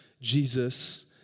Jesus